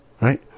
Right